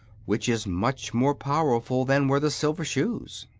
which is much more powerful than were the silver shoes.